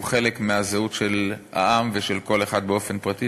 חלק מהזהות של העם ושל כל אחד באופן פרטי,